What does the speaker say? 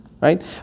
right